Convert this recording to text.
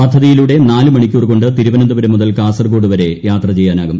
പദ്ധതിയിലൂടെ നാല് മണിക്കൂർ കൊണ്ട് തിരുവനന്തപുരം മുതൽ കാസർകോഡ് വരെ യാത്ര ചെയ്യാനാകും